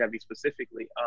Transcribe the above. specifically